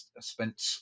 spent